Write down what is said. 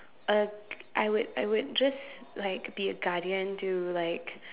uh I would I would just like be a guardian to like